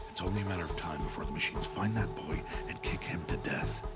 it's only a matter of time before the machines find that boy. and kick him to death.